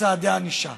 צעדי ענישה.